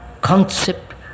concept